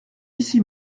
ici